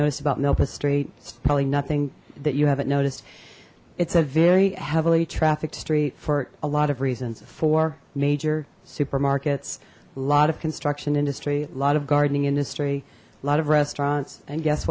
noticed about memphis streets probably nothing that you haven't noticed it's a very heavily trafficked street for a lot of reasons for major supermarkets a lot of construction industry a lot of gardening industry a lot of restaurants and guess